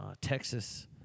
Texas